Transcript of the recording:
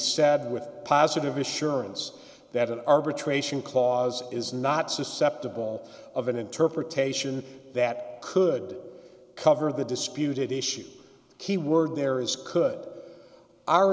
said with positive assurance that an arbitration clause is not susceptible of an interpretation that could cover the disputed issue keyword there is could